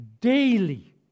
Daily